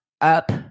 up